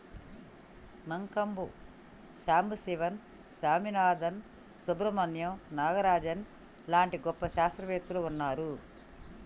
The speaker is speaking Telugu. మంకంబు సంబశివన్ స్వామినాధన్, సుబ్రమణ్యం నాగరాజన్ లాంటి గొప్ప శాస్త్రవేత్తలు వున్నారు